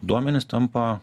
duomenys tampa